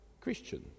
Christian